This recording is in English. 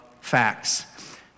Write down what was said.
facts